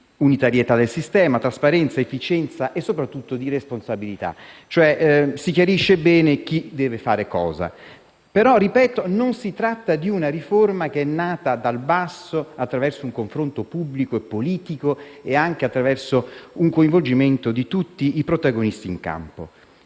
unitarietà del sistema, di trasparenza, efficienza e, soprattutto, di responsabilità, nel senso che si chiarisce bene chi deve fare cosa. Ripeto, però, che non si tratta di una riforma nata dal basso attraverso un confronto pubblico e politico e attraverso un coinvolgimento di tutti i protagonisti in campo.